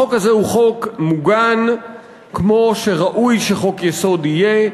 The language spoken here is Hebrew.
החוק הזה הוא חוק מוגן כמו שראוי שחוק-יסוד יהיה.